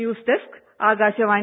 news desk Akashvani